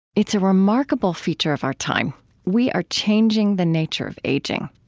it's a remarkable feature of our time we are changing the nature of aging.